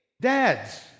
dads